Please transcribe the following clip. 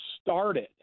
started